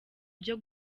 byo